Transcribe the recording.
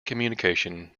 communication